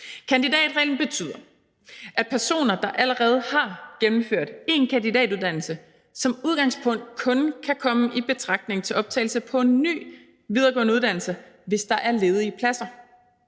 Kandidatreglen betyder, at personer, der allerede har gennemført én kandidatuddannelse, som udgangspunkt kun kan komme i betragtning til optagelse på en ny videregående uddannelse, hvis der er ledige pladser.